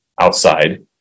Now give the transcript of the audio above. outside